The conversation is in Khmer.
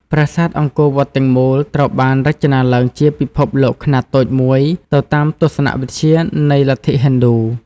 ប្រាសាទអង្គរវត្តទាំងមូល ត្រូវបានរចនាឡើងជាពិភពលោកខ្នាតតូចមួយ ទៅតាមទស្សនៈវិទ្យានៃលទ្ធិហិណ្ឌូ។